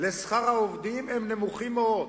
לשכר העובדים הם נמוכים מאוד.